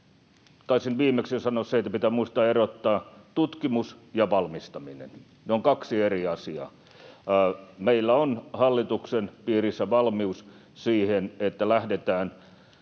Taisin viimeksi sanoa sen, että pitää muistaa erottaa tutkimus ja valmistaminen. Ne ovat kaksi eri asiaa. Meillä on hallituksen piirissä valmius siihen, että lähdetään